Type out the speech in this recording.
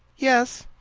yes.